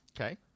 Okay